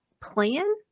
plan